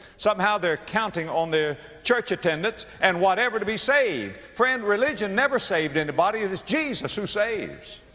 somehow they're counting on their church attendance and whatever to be saved. friend, religion never saved anybody it is jesus who saves.